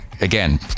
Again